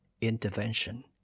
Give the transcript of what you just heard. intervention